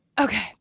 Okay